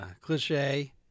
cliche